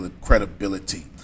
credibility